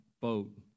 boat